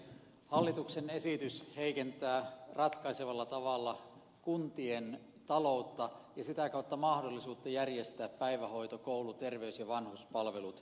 hallituksen esitys heikentää ratkaisevalla tavalla kuntien taloutta ja sitä kautta mahdollisuutta järjestää päivähoito koulu terveys ja vanhuspalvelut asukkailleen